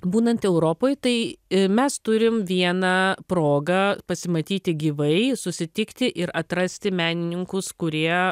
būnant europoj tai mes turim vieną progą pasimatyti gyvai susitikti ir atrasti menininkus kurie